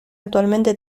actualmente